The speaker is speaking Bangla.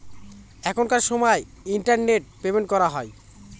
এখনকার সময় ইন্টারনেট পেমেন্ট করা হয়